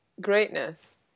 greatness